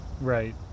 right